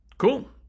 Cool